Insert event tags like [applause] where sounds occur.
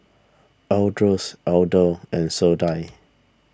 Ardyce Elder and Sadie [noise]